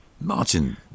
Martin